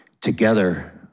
Together